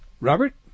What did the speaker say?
Robert